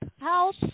help